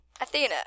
Athena